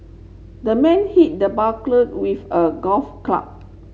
the man hit the burglar with a golf club